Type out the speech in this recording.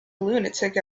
lunatic